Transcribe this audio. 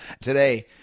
Today